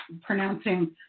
pronouncing